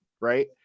right